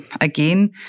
again